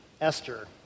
Esther